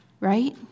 right